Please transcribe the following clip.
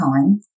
time